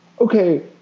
okay